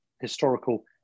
historical